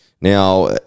Now